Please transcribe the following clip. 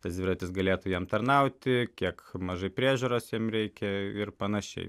tas dviratis galėtų jam tarnauti kiek mažai priežiūros jam reikia ir panašiai